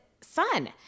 son